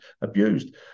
abused